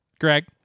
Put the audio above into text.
Greg